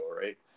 right